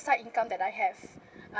side income that I have uh